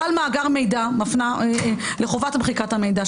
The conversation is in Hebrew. בעל מאגר מידע מפנה לחובת מחיקת המידע,